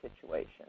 situation